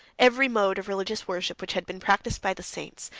every mode of religious worship which had been practised by the saints,